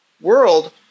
world